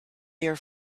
your